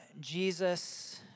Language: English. Jesus